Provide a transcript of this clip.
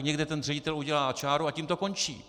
Někde ředitel udělá čáru a tím to končí.